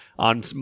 On